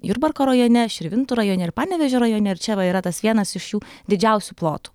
jurbarko rajone širvintų rajone ir panevėžio rajone ir čia va yra tas vienas iš jų didžiausių plotų